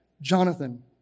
Jonathan